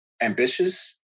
ambitious